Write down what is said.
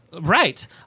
Right